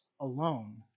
alone